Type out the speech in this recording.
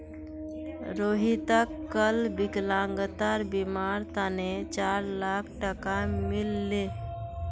रोहितक कल विकलांगतार बीमार तने चार लाख टका मिल ले